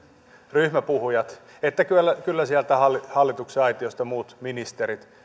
ryhmäpuhujat että sieltä hallituksen aitiosta muut ministerit